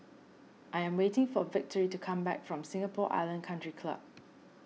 I am waiting for Victory to come back from Singapore Island Country Club